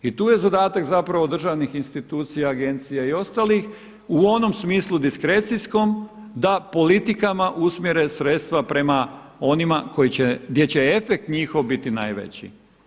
I tu je zadatak zapravo državnih institucija, agencija i ostalih u onom smislu diskrecijskom da politikama usmjere sredstva prema onima gdje će efekt njihov biti najveći.